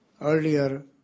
earlier